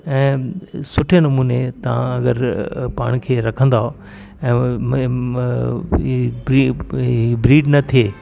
ऐं सुठे नमूने तव्हां अगरि पाण खे रखंदव ऐं इहा ब्रीड न थिए